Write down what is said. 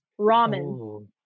Ramen